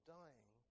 dying